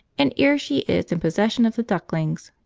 and ere she is in possession of the ducklings!